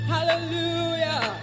Hallelujah